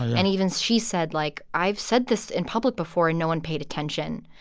and even she said, like, i've said this in public before, and no one paid attention.